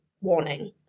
warning